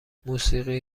موسیقی